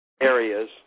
areas